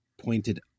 pointed